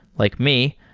like me,